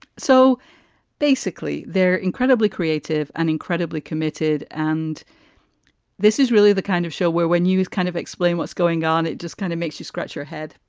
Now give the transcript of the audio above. so basically, they're incredibly creative and incredibly committed. and this is really the kind of show where when you kind of explain what's going on, it just kind of makes you scratch your head.